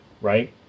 right